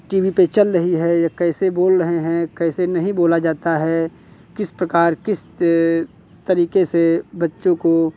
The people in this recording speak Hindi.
टी वी पे चल रही है या कैसे बोल रहे हैं कैसे नहीं बोला जाता है किस प्रकार किस तरीके से बच्चों को